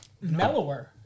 mellower